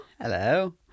Hello